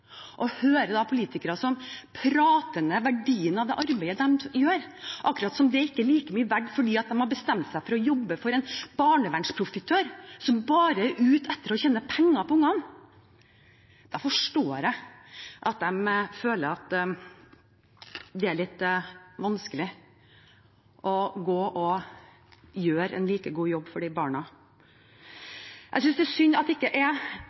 da hører politikere som prater ned verdien av det arbeidet de gjør, akkurat som det ikke er like mye verdt fordi de har bestemt seg for å jobbe for en barnevernsprofitør som bare er ute etter å tjene penger på ungene, da forstår jeg at de føler at det er litt vanskelig å gå og gjøre en like god jobb for disse barna. Jeg synes det er synd at det ikke er